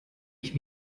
ich